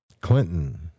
Clinton